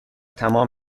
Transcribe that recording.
تمام